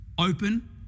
open